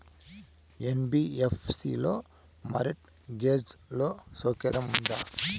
NBFC లో mortgage loan సౌకర్యం ఉందా?